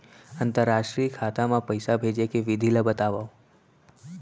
अंतरराष्ट्रीय खाता मा पइसा भेजे के विधि ला बतावव?